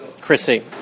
Chrissy